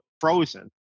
frozen